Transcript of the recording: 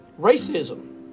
racism